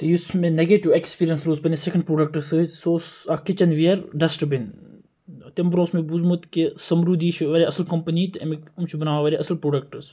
یُس مےٚ negative experience روٗز پَننِس سیٚکنڈ پروڈَکٹَس سۭتۍ سُہ اوس اکھ کِچَن ویر ڈَسٹبِن تمہِ برونٛہہ اوس مےٚ بوٗزمُت کہِ سَمرُدی چھِ واریاہ اصل کمپنی تہٕ یِم چھِ بَناوان واریاہ اصل پروڈَکٹس